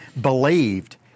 believed